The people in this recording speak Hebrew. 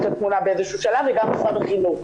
לתמונה באיזה שהוא שלב וגם משרד החינוך,